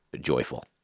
joyful